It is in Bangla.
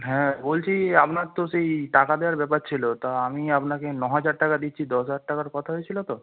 হ্যাঁ বলছি আপনার তো সেই টাকা দেওয়ার ব্যাপার ছিলো তা আমি আপনাকে ন হাজার টাকা দিচ্ছি দশ হাজার টাকার কথা হয়েছিলো তো